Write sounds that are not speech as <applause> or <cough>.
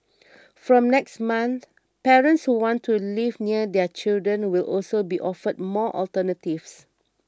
<noise> from next month parents who want to live near their children will also be offered more alternatives